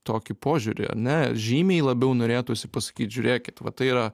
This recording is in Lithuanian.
tokį požiūrį ane žymiai labiau norėtųsi pasakyt žiūrėkit va tai yra